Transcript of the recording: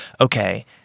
okay